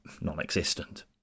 non-existent